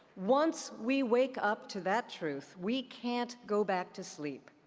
once we wake up to that truth, we can't go back to sleep.